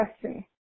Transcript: question